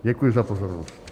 Děkuji za pozornost.